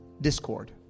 discord